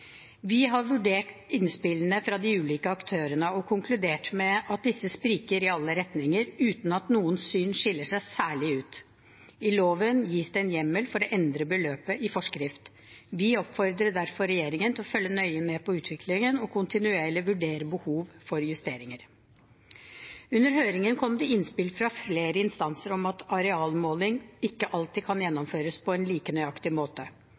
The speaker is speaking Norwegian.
Vi har vurdert innspillene fra de ulike aktørene og konkludert med at disse spriker i alle retninger, uten at noens syn skiller seg særlig ut. I loven gis det en hjemmel for å endre beløpet i forskrift. Vi oppfordrer derfor regjeringen til å følge nøye med på utviklingen og kontinuerlig vurdere behov for justeringer. Under høringen kom det innspill fra flere instanser om at arealmåling ikke alltid kan gjennomføres på en like nøyaktig måte.